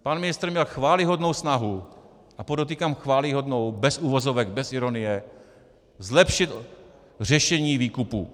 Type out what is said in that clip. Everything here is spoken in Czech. Pan ministr měl chvályhodnou snahu, a podotýkám chvályhodnou bez uvozovek, bez ironie, zlepšit řešení výkupu.